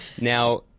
Now